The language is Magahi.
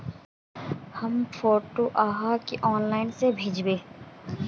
हम फोटो आहाँ के ऑनलाइन भेजबे की?